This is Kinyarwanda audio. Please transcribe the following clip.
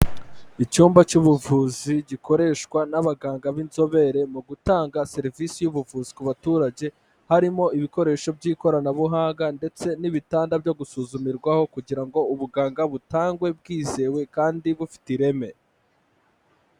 Icyumba cy'ubuvuzi gikoreshwa n'abaganga b'inzobere, mu gutanga serivisi y'ubuvuzi ku baturage, harimo ibikoresho by'ikoranabuhanga ndetse n'ibitanda byo gusuzumirwaho, kugira ngo ubuganga butangwe bwizewe kandi bufite ireme.